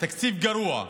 תקציב גרוע,